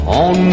on